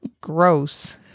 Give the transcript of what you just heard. Gross